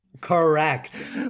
Correct